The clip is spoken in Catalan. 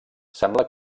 sembla